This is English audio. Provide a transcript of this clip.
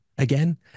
Again